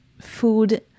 food